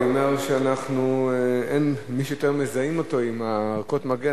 אני אומר שמי שיותר מזהים אותו עם ערכות מגן,